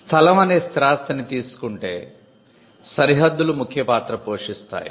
స్థలం అనే స్థిరాస్తిని తీసుకుంటే సరిహద్దులు ముఖ్య పాత్ర పోషిస్తాయి